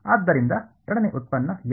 ಆದ್ದರಿಂದ ಎರಡನೇ ಉತ್ಪನ್ನ ಯಾವುದು